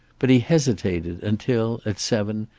but he hesitated until, at seven,